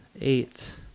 eight